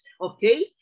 Okay